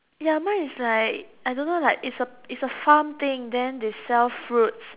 ya mine is like I don't know like is a is a farm thing then they sell fruits